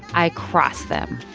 i cross them.